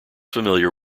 familiar